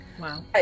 wow